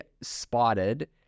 spotted